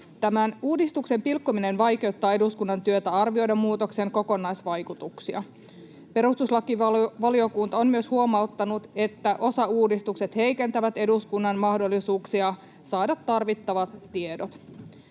Tämän uudistuksen pilkkominen vaikeuttaa eduskunnan työtä arvioida muutoksen kokonaisvaikutuksia. Perustuslakivaliokunta on myös huomauttanut, että osauudistukset heikentävät eduskunnan mahdollisuuksia saada tarvittavat tiedot.